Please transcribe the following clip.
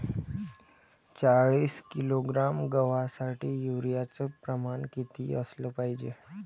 चाळीस किलोग्रॅम गवासाठी यूरिया च प्रमान किती असलं पायजे?